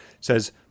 says